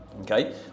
Okay